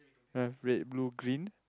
ah red blue green